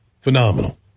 Phenomenal